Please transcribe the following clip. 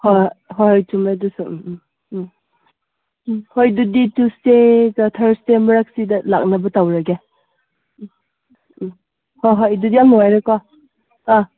ꯍꯣꯏ ꯍꯣꯏ ꯍꯣꯏ ꯆꯨꯝꯃꯦ ꯑꯗꯨꯁꯨ ꯎꯝ ꯎꯝ ꯎꯝ ꯎꯝ ꯍꯣꯏ ꯑꯗꯨꯗꯤ ꯇꯨꯋꯤꯁꯗꯦꯒ ꯊꯔ꯭ꯁꯗꯦ ꯃꯔꯛꯁꯤꯗ ꯂꯥꯛꯅꯕ ꯇꯧꯔꯒꯦ ꯎꯝ ꯎꯝ ꯍꯣꯏ ꯍꯣꯏ ꯑꯗꯨꯗꯤ ꯌꯥꯝ ꯅꯨꯡꯉꯥꯏꯔꯦꯀꯣ ꯑꯥ